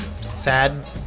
sad